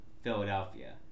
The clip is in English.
Philadelphia